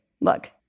Look